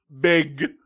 big